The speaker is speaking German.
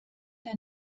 der